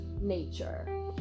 nature